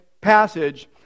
passage